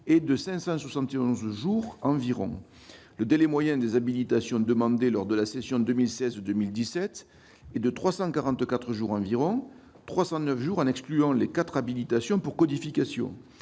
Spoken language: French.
est de 571 jours environ. Le délai moyen des habilitations demandées lors de la session 2016-2017 est de 344 jours environ, 309 jours en excluant les quatre habilitations pour codification,